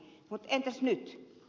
mutta entäs nyt